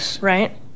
right